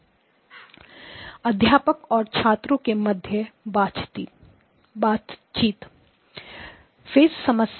प्राध्यापक और छात्रों के मध्य बातचीत फेज समस्या